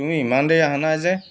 তুমি ইমান দেৰি আহা নাই যে